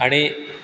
आणि